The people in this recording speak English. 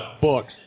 books